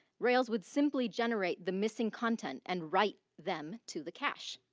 rails would simply generate the missing content and write them to the cache,